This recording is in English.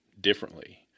differently